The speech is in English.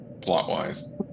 plot-wise